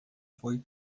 foi